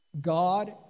God